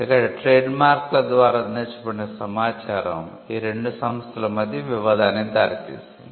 ఇక్కడ ట్రేడ్మార్క్ల ద్వారా అందించబడిన సమాచారం ఈ రెండు సంస్థల మధ్య వివాదానికి దారితీసింది